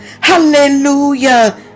Hallelujah